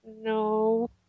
No